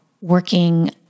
working